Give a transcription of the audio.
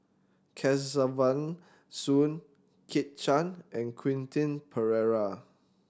Kesavan Soon Kit Chan and Quentin Pereira